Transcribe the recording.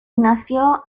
nació